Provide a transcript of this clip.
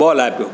બોલ આપ્યો